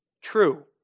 True